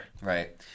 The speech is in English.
Right